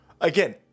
Again